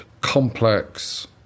complex